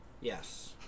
yes